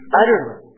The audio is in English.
utterly